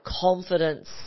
confidence